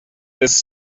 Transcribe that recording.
this